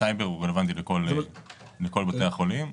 הסייבר הוא רלוונטי לכל בתי החולים.